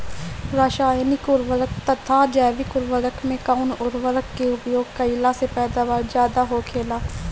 रसायनिक उर्वरक तथा जैविक उर्वरक में कउन उर्वरक के उपयोग कइला से पैदावार ज्यादा होखेला?